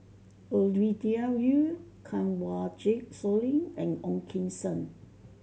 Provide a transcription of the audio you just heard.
Ovidia Yu Kanwaljit Soin and Ong Keng Sen